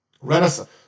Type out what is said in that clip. Renaissance